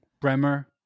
Bremer